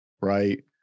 right